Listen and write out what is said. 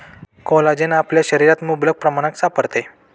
collagen आपल्या शरीरात मुबलक प्रमाणात सापडते